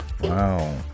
Wow